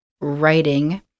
writing